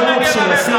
המשפט יגן עליך.